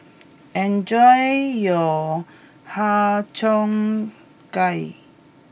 enjoy your Har Cheong Gai